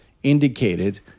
indicated